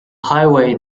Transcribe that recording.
highway